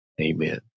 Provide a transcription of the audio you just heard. Amen